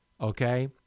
okay